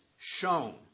shown